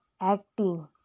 acting